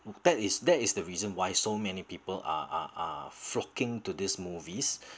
that is that is the reason why so many people are are are flocking to this movies